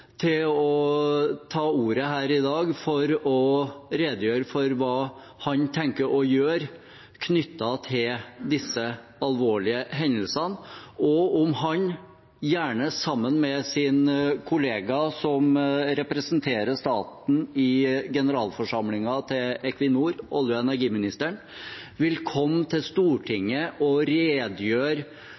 til å ta ordet her i dag for å redegjøre for hva han tenker å gjøre knyttet til disse alvorlige hendelsene, og om han, gjerne sammen med sin kollega, som representerer staten i generalforsamlingen til Equinor, olje- og energiministeren, vil komme til Stortinget og redegjøre